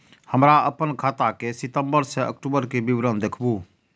हमरा अपन खाता के सितम्बर से अक्टूबर के विवरण देखबु?